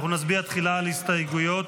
אנחנו נצביע תחילה על הסתייגויות